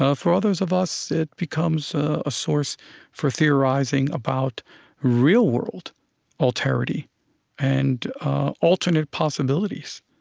ah for others of us, it becomes a source for theorizing about real-world alterity and alternate possibilities.